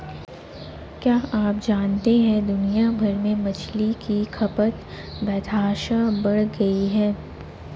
क्या आप जानते है दुनिया भर में मछली की खपत बेतहाशा बढ़ गयी है?